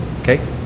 okay